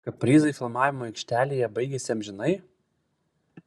kaprizai filmavimo aikštelėje baigėsi amžinai